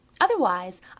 Otherwise